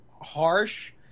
harsh